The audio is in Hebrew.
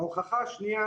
ההוכחה השנייה